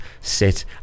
sit